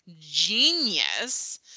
genius